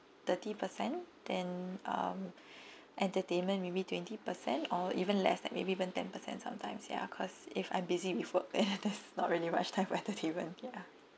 thirty percent then um entertainment maybe twenty percent or even less like maybe even ten percent sometimes ya cause if I'm busy with work ya does not really much time for entertainment ya